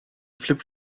flip